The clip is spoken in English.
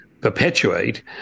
perpetuate